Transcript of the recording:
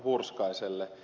hurskaiselle